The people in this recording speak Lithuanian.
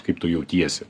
kaip tu jautiesi